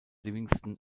livingston